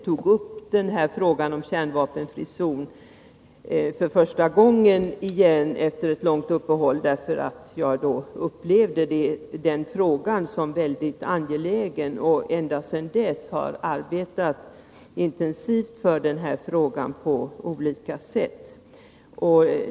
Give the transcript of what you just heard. Jag upplevde då frågan som mycket angelägen, och ända sedan dess har jag på olika sätt intensivt arbetat för en kärnvapenfri zon.